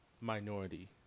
minority